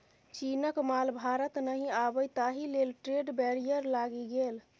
चीनक माल भारत नहि आबय ताहि लेल ट्रेड बैरियर लागि गेल